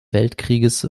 weltkrieges